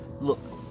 look